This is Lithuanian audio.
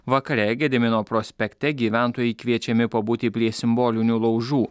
vakare gedimino prospekte gyventojai kviečiami pabūti prie simbolinių laužų